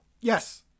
Yes